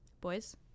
boys